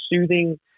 soothing